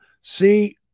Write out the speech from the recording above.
see